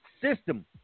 system